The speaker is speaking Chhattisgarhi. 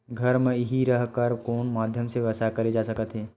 घर म हि रह कर कोन माध्यम से व्यवसाय करे जा सकत हे?